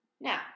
Now